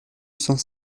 cent